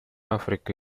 африка